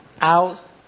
out